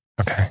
Okay